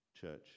church